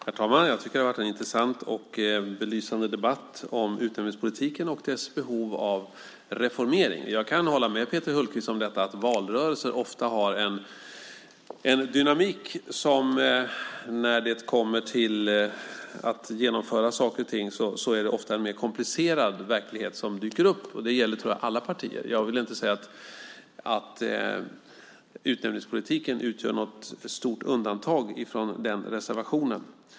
Herr talman! Jag tycker att det har varit en intressant och belysande debatt om utnämningspolitiken och dess behov av reformering. Jag kan hålla med Peter Hultqvist om att valrörelser ofta har en dynamik. Men när man sedan ska genomföra saker och ting är det ofta en mer komplicerad verklighet som dyker upp. Det tror jag gäller alla partier. Jag vill inte säga att utnämningspolitiken utgör något stort undantag från den reservationen.